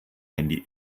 handy